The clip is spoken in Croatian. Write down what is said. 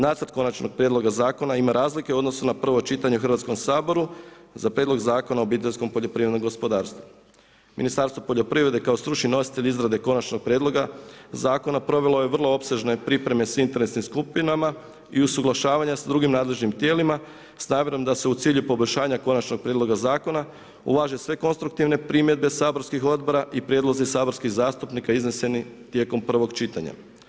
Nacrt konačnog prijedloga zakona ima razlike u odnosu na prvo čitanje Hrvatskom saboru za Prijedlog Zakona o OPG-u. ministarstvo poljoprivrede kao stručni nositelj izrade konačnog prijedloga zakona provelo je vrlo opsežne pripreme s interesnim skupinama i usuglašavanje s drugim nadležnim tijelima s namjerom da se u cilju poboljšanja konačnog prijedloga zakona uvaže sve konstruktivne primjedbe saborskih odbora i prijedlozi saborskih zastupnika izneseni tijekom prvog čitanja.